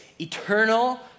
eternal